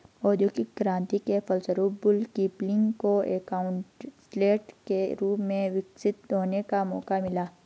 औद्योगिक क्रांति के फलस्वरूप बुक कीपिंग को एकाउंटेंसी के रूप में विकसित होने का मौका मिला